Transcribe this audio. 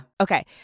Okay